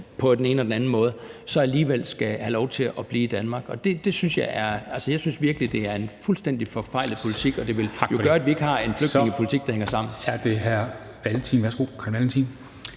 på den ene og den anden måde, så skal de alligevel have lov til at blive i Danmark. Altså, jeg synes virkelig, at det er en fuldstændig forfejlet politik, og det vil jo gøre, at vi ikke har en flygtningepolitik, der hænger sammen. Kl. 14:12 Formanden (Henrik